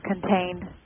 contained